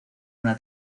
una